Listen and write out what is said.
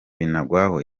binagwaho